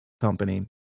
company